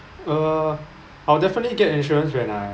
uh I'll definitely get an insurance when I